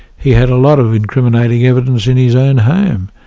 he had a lot of incriminating evidence in his own home.